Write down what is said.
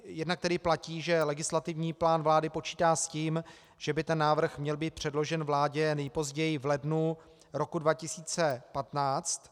Jednak tedy platí, že legislativní plán vlády počítá s tím, že by návrh měl být předložen vládě nejpozději v lednu roku 2015.